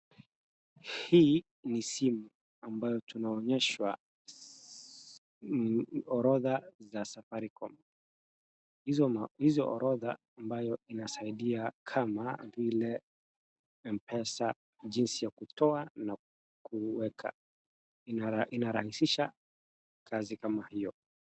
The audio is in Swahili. Hii ni simu ambayo tunaoonyeshwa orodha za Safaricom. Hizo hizo orodha ambayo inasaidia kama vile M-pesa jinsi ya kutoa na kuweka. Inarahisisha kazi kama hiyo.